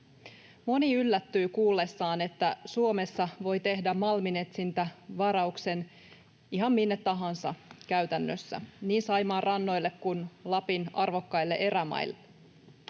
Moni yllättyy kuullessaan, että Suomessa voi tehdä malminetsintävarauksen ihan minne tahansa käytännössä, niin Saimaan rannoille kuin Lapin arvokkaille erämaille.